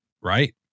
right